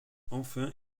enfin